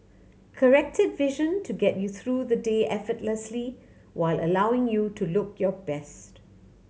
corrected vision to get you through the day effortlessly while allowing you to look your best